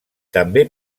també